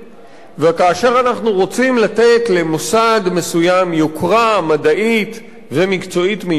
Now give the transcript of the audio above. וכאשר אנחנו רוצים לתת למוסד מסוים יוקרה מדעית ומקצועית מיוחדת,